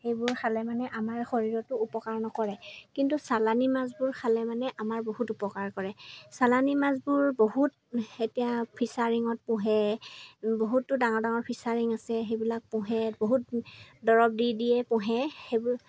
সেইবোৰ খালে মানে আমাৰ শৰীৰতো অপকাৰ নকৰে কিন্তু চালানী মাছবোৰ খালে মানে আমাৰ বহুত অপকাৰ কৰে চালানী মাছবোৰ বহুত এতিয়া ফিচাৰীঙত পোহে বহুতো ডাঙৰ ডাঙৰ ফিচাৰীং আছে যে সেইবিলাক পোহে বহুত দৰব দি দি দিয়ে পোহে সেইবোৰ